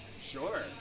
Sure